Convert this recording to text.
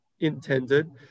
intended